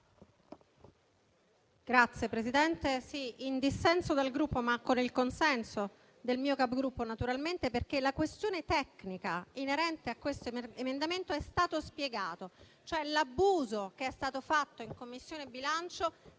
intervengo in dissenso dal mio Gruppo, ma con il consenso del mio Capogruppo, naturalmente perché la questione tecnica inerente a questo emendamento è stata spiegata, ossia l'abuso fatto in Commissione bilancio